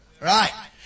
Right